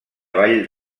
ball